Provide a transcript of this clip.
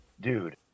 dude